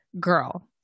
girl